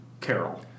Carol